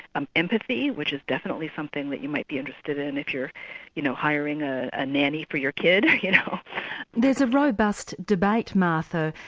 um empathy which is definitely something that you might be interested in if you know hiring ah a nanny for your kid. you know there's a robust debate, martha,